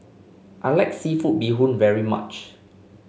I like seafood Bee Hoon very much